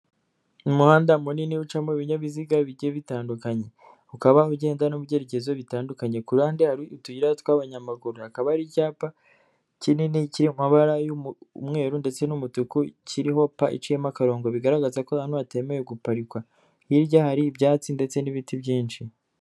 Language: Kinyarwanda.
Umuhanda munini ucamo ibinyabiziga bigiye bitandukanye, ukabaho ugenda no mu byerekezo bitandukanye, ku ruhande hari utuyira tw'abanyamaguru, hakaba ari icyapa kinini ckiri mu mabara y'umweruru ndetse n'umutuku kiriho P iciyemo akarongo bigaragaza ko abantu hatemewe guparikwa, hirya hari ibyatsi ndetse n'ibiti byinshi.